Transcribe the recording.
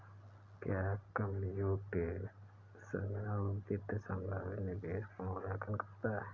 क्या कंप्यूटेशनल वित्त संभावित निवेश का मूल्यांकन करता है?